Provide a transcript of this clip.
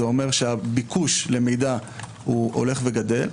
זה אומר שהביקוש למידע הולך וגדל.